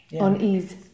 unease